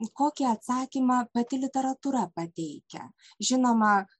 kokį atsakymą pati literatūra pateikia žinoma